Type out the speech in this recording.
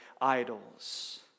idols